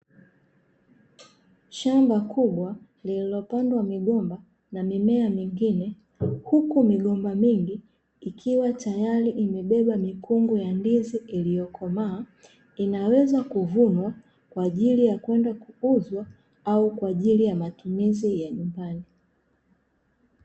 Shamba kubwa lililopandwa migomba na mimea mingine, huku migomba mingi ikiwa tayari imebeba mikungu ya ndizi iliyokomaa; inaweza kuvunwa kwa ajili ya kwenda kuuzwa au kwa ajili ya matumizi ya nyumbani.